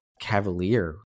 cavalier